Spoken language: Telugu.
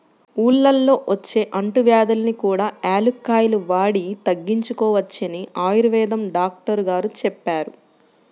ఊళ్ళల్లో వచ్చే అంటువ్యాధుల్ని కూడా యాలుక్కాయాలు వాడి తగ్గించుకోవచ్చని ఆయుర్వేదం డాక్టరు గారు చెప్పారు